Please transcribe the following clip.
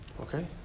Okay